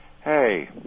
Hey